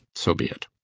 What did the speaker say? so be it.